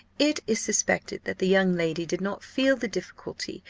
it is suspected that the young lady did not feel the difficulty,